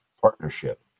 partnership